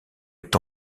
est